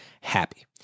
happy